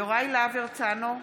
יוראי להב הרצנו,